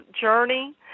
journey